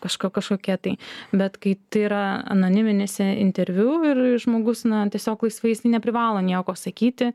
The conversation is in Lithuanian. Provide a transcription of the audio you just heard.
kažko kažkokia tai bet kai tai yra anoniminis interviu ir žmogus tiesiog laisvai jis neprivalo nieko sakyti